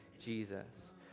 Jesus